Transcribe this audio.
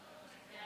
ההצעה